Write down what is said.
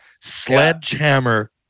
sledgehammer